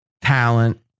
talent